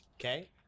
Okay